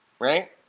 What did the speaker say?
right